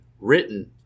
written